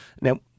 Now